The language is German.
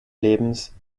lebens